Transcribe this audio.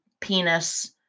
penis